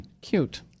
Cute